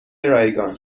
رایگان